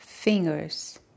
Fingers